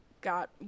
got